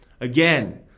Again